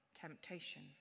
temptation